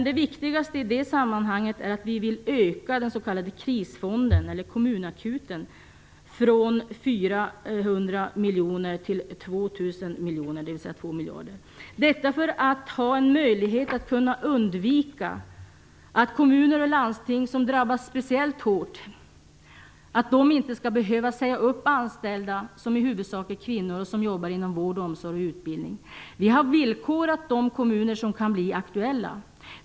Det viktigaste är dock att vi vill öka den s.k. krisfonden, eller kommunakuten, från 400 miljoner kronor till 2 miljarder, för att ha en möjlighet att undvika att kommuner och landsting som drabbas speciellt hårt skall behöva säga upp anställda, som i huvudsak är kvinnor och som jobbar inom vård, omsorg och utbildning. Vi har villkorat de kommuner som kan bli aktuella.